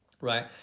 right